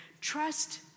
Trust